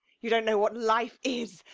you don't know what life is.